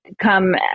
come